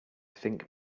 think